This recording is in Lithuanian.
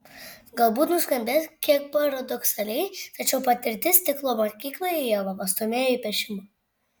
galbūt nuskambės kiek paradoksaliai tačiau patirtis stiklo mokykloje ievą pastūmėjo į piešimą